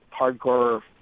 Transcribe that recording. hardcore